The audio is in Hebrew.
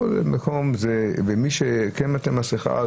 ומי שכן עוטה מסכה,